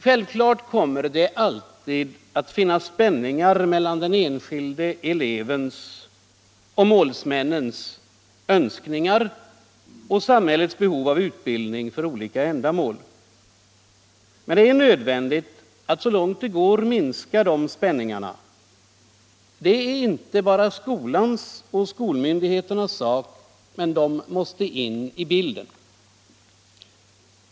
Självklart kommer det alltid att finnas spänningar mellan den enskilde elevens —- och målsmännens — Önskningar och samhällets behov av utbildning för olika ändamål. Det är nödvändigt att så långt det går minska de spänningarna. Det är inte bara skolans och skolmyndigheternas sak. Men de måste in i bilden.